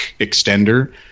extender